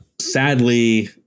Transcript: Sadly